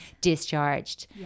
discharged